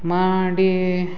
ಮಾಡಿ